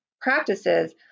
practices